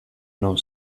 non